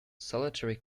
solitary